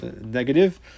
negative